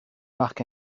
marc